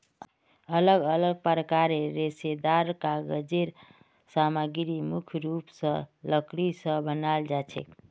अलग अलग प्रकारेर रेशेदार कागज़ेर सामग्री मुख्य रूप स लकड़ी स बनाल जाछेक